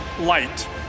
light